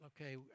okay